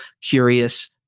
curious